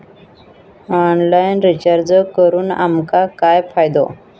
Online recharge करून आमका काय फायदो?